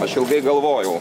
aš ilgai galvojau